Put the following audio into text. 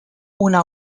una